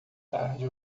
tarde